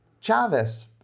Chavez